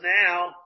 now